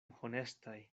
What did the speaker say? honestaj